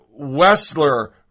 Wessler